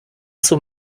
zum